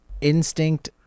instinct